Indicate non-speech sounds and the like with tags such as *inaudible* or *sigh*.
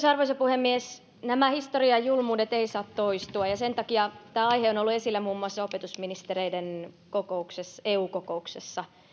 *unintelligible* arvoisa puhemies nämä historian julmuudet eivät saa toistua ja sen takia tämä aihe on ollut esillä muun muassa opetusministereiden eu kokouksessa